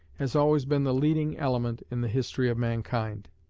has always been the leading element in the history of mankind.